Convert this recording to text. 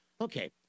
Okay